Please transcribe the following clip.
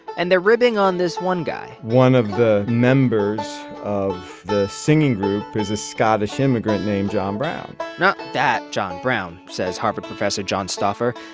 and they're ribbing on this one guy one of the members of the singing group is a scottish immigrant named john brown not that john brown, says harvard professor john stauffer.